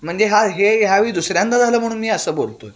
म्हणजे हा हे ह्यावेळी दुसऱ्यांदा झालं म्हणून मी असं बोलतो आहे